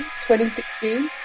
2016